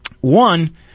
One